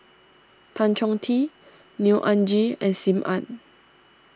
Tan Chong Tee Neo Anngee and Sim Ann